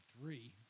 three